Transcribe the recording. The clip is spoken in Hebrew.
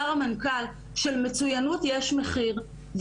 אמר המנכל שלמצוינות יש מחיר,